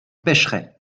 pêcherai